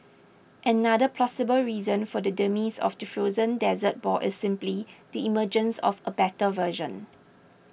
another plausible reason for the demise of the frozen dessert ball is simply the emergence of a better version